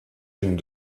unes